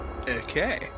Okay